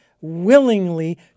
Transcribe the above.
willingly